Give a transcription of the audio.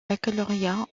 baccalauréat